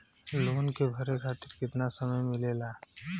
Loan के भरे खातिर कितना समय मिलेला?